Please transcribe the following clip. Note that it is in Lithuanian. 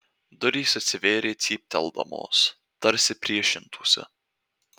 durys atsivėrė cypteldamos tarsi priešintųsi